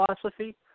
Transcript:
philosophy